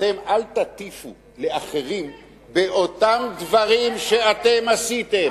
אתם אל תטיפו לאחרים באותם דברים שאתם עשיתם.